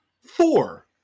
four